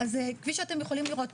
כפי שאתם יכולים לראות,